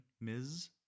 Ms